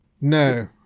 No